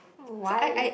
why